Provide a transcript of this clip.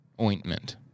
ointment